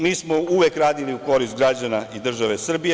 Mi smo uvek radili u korist građana i države Srbije.